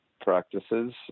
practices